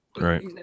Right